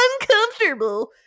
uncomfortable